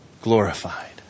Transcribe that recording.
glorified